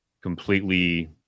completely